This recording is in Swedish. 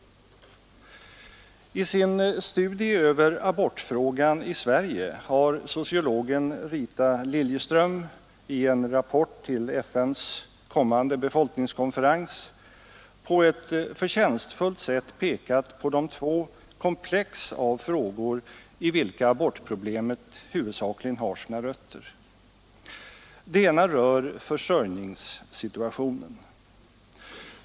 I sin studie över abortfrågan i Sverige har sociologen Rita Liljeström i en rapport till FN:s kommande befolkningskonferens på ett förtjänstfullt sätt pekat på de två komplex av frågor i vilka abortproblemet huvudsakligen har sina rötter. Det ena rör försörjningssituationen.